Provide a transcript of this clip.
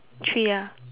three ah